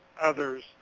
others